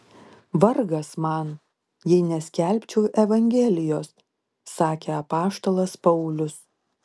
vargas man jei neskelbčiau evangelijos sakė apaštalas paulius